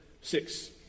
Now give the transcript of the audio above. six